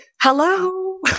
hello